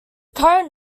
current